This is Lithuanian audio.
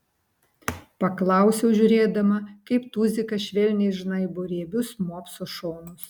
paklausiau žiūrėdama kaip tuzikas švelniai žnaibo riebius mopso šonus